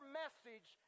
message